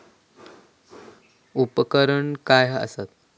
उपकरण काय असता?